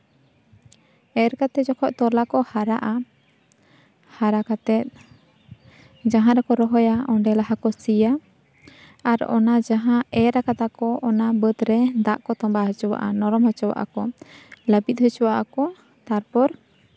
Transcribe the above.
ᱮᱨᱠᱟᱛᱮ ᱡᱚᱠᱷᱚᱡ ᱛᱚᱞᱟ ᱠᱚ ᱦᱟᱨᱟᱜᱼᱟ ᱦᱟᱨᱟ ᱠᱟᱛᱮ ᱡᱟᱦᱟᱸ ᱨᱮᱠᱚ ᱨᱚᱦᱚᱭᱚ ᱚᱸᱰᱮ ᱞᱟᱦᱟ ᱠᱚ ᱥᱤᱭᱟ ᱟᱨ ᱚᱱᱟ ᱡᱟᱦᱟᱸ ᱮᱨ ᱟᱠᱟᱫᱟ ᱠᱚ ᱚᱱᱟ ᱵᱟᱹᱫᱽᱨᱮ ᱫᱟᱜ ᱠᱚ ᱛᱚᱸᱵᱟ ᱦᱚᱪᱚᱣᱟᱜᱼᱟ ᱱᱚᱨᱚᱢ ᱦᱚᱪᱚᱣᱟᱜᱼᱟ ᱞᱟᱹᱵᱤᱫ ᱦᱚᱪᱚᱣᱟᱜᱼᱟ ᱠᱚ ᱛᱟᱨᱯᱚᱨ